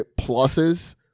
pluses